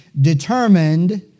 determined